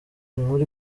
inkuru